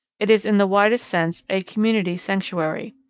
it is in the widest sense a community sanctuary.